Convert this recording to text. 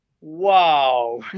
wow